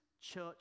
church